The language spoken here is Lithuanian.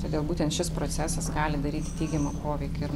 todėl būtent šis procesas gali daryti teigiamą poveikį ir